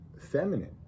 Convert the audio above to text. feminine